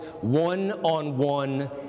one-on-one